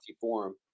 Forum